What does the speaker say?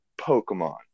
Pokemon